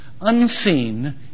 unseen